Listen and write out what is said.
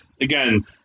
Again